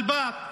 אל באט,